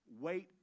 wait